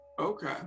okay